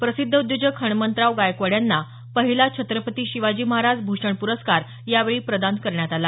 प्रसिद्ध उद्योजक हणमंतराव गायकवाड यांना पहिला छत्रपती शिवाजी महाराज भूषण पुरस्कार प्रदान करण्यात आला